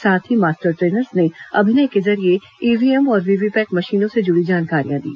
साथ ही master trainers ने अभिनय के जरिये ईव्हीएम और वीवीपैट मशीनों से जुड़ी जानकारी दी